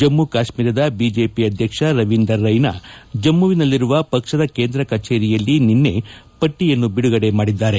ಜಮ್ಮ ಕಾಶ್ಮೀರದ ಬಿಜೆಪಿ ಅಧ್ಯಕ್ಷ ರವೀಂದರ್ ರೈನಾ ಜಮ್ಮುವಿನಲ್ಲಿರುವ ಪಕ್ಷದ ಕೇಂದ್ರ ಕಚೇರಿಯಲ್ಲಿ ನಿನ್ನೆ ಪಟ್ಟಿಯನ್ನು ಬಿಡುಗಡೆ ಮಾಡಿದ್ದಾರೆ